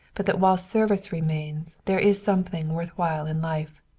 but that while service remains there is something worth while in life.